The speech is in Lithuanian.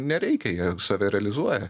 nereikia jie save realizuoja